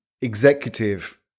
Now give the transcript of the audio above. executive